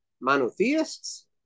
monotheists